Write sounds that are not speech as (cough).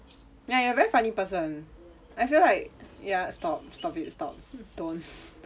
ya you're very funny person I felt like ya stop stop it stop don't (laughs)